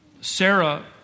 Sarah